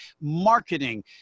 marketing